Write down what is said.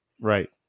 Right